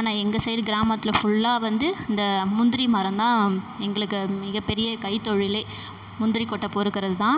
ஆனால் எங்கள் சைட் கிராமத்தில் ஃபுல்லாக வந்து இந்த முந்திரி மரம்தான் எங்களுக்கு மிகப்பெரிய கைத்தொழில் முந்திரி கொட்டை பொறுக்கிறதுதான்